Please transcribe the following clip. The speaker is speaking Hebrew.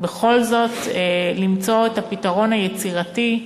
בכל זאת למצוא את הפתרון היצירתי,